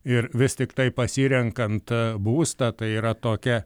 ir vis tiktai pasirenkant būstą tai yra tokia